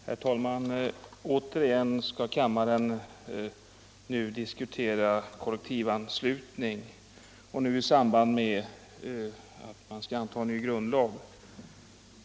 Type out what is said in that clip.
Herr talman! Återigen skall riksdagen nu diskutera kollektivanslutning, denna gång i samband med antagandet av en ny grundlag.